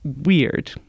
weird